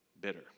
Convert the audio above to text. bitter